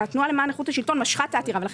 התנועה למען איכות השלטון משכה את העתירה ולכן